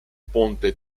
ponte